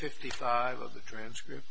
fifty five of the transcript